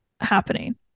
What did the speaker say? happening